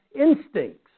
instincts